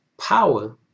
Power